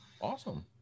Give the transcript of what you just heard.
Awesome